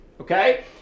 okay